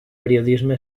periodisme